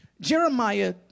Jeremiah